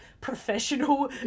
professional